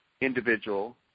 individual